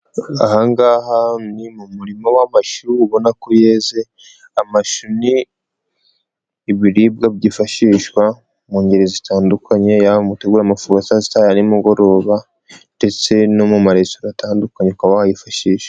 Aha ngaha ni mu murimo w'amashuri, ubona ko yeze, amashu ni ibiribwa byifashishwa mu ngeri zitandukanye, yaba mugutegura amafunguro yasita aya nimugoroba ndetse no mu marisitora atandukanye, ukaba wayifashisha.